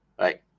right